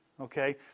okay